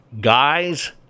guys